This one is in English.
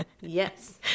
yes